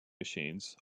machines